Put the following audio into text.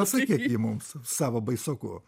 pasakyk jį mums savo baisoku